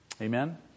Amen